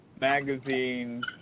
magazines